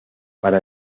para